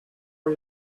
are